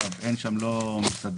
אין שם מסעדה,